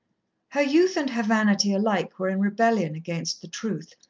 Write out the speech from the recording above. her youth and her vanity alike were in rebellion against the truth,